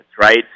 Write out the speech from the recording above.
right